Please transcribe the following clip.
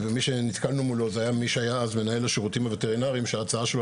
ומי שנתקלנו מולו זה מי שהיה אז מנהל השירותים הווטרינרים שההצעה שלו,